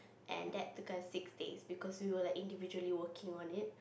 and that took us six days because we were like individually working on it